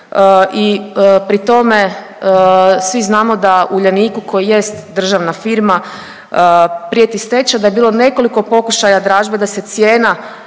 i pri tome svi znamo da Uljaniku koji jest državna firma prijeti stečaj, da je bilo nekoliko pokušaja dražbe da se cijena